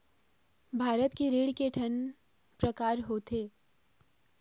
भारत के ऋण के ठन प्रकार होथे?